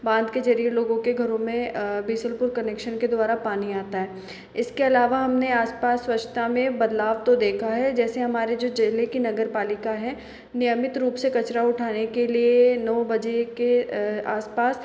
बाद के जरिए लोगों के घरों में बिसलपुर कनेक्शन के द्वारा पानी आता है इसके अलावा हमने आस पास स्वच्छता में बदलाव तो देखा है जैसे हमारे जो ज़िले के नगरपालिका हैं नियमित रूप से कचरा उठाने के लिए नौ बजे के आस पास